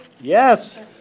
Yes